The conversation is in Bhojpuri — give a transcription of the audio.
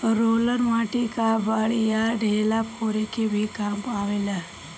रोलर माटी कअ बड़ियार ढेला फोरे के भी काम आवेला